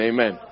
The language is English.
Amen